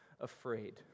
afraid